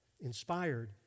inspired